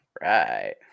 right